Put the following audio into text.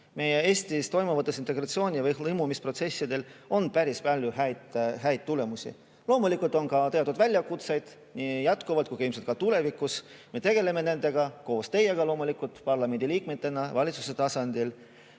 Eestis toimuvatel integratsiooni- ehk lõimumisprotsessidel on päris palju häid tulemusi. Loomulikult on ka teatud väljakutseid nii praegu kui ilmselt ka tulevikus. Me tegeleme nendega koos teiega parlamendiliikmetena ja ka valitsuse tasandil.